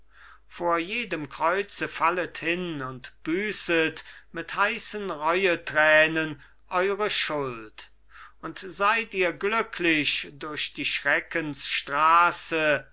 vor jedem kreuze fallet hin und büßet mit heißen reuetränen eure schuld und seid ihr glücklich durch die